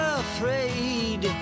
afraid